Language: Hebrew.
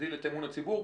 תגדיל את אמון הציבור.